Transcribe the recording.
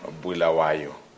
Bulawayo